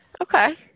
Okay